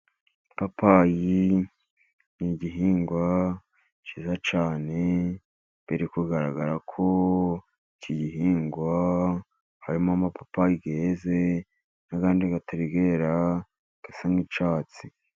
Ipapayi ni igihingwa kiza cyane, biri kugaragara ko iki gihingwa harimo amapapayi yeze, n'andi atari yera, asa n'icyatsi.